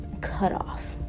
cutoff